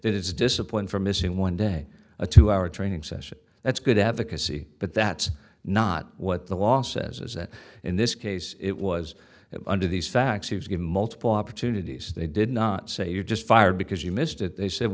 that it's discipline for missing one day a two hour training session that's good advocacy but that's not what the law says is that in this case it was that under these facts he was given multiple opportunities they did not say you just fired because you missed it they said